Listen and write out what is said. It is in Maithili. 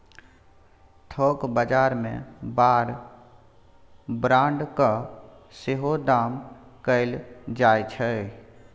थोक बजार मे बार ब्रांड केँ सेहो दाम कएल जाइ छै